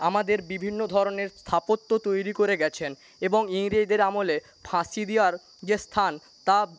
আমাদের বিভিন্ন ধরনের স্থাপত্য তৈরি করে গিয়েছেন এবং ইংরেজদের আমলে ফাঁসি দেওয়ার যে স্থান তা